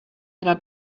got